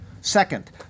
Second